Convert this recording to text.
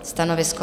Stanovisko?